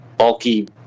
bulky